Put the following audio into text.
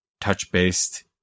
touch-based